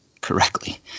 correctly